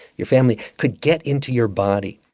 your family, could get into your body?